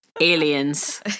Aliens